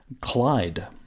Clyde